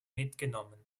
mitgenommen